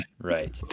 Right